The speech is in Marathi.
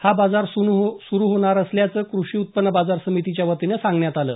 हा बाजार सुरु होणार असल्याचं कृषी उत्पन्न बाजार समितीच्या वतीने सांगण्यात आलं